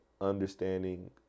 understanding